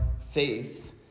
faith